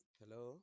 Hello